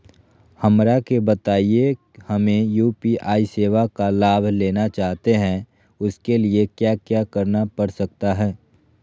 हमरा के बताइए हमें यू.पी.आई सेवा का लाभ लेना चाहते हैं उसके लिए क्या क्या करना पड़ सकता है?